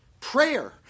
Prayer